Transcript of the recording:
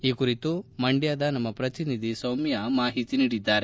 ಈ ಕುರಿತು ಮಂಡ್ಕದ ನಮ್ಮ ಪ್ರತಿನಿಧಿ ಸೌಮ್ಯ ಮಾಹಿತಿ ನೀಡಿದ್ದಾರೆ